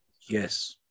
Yes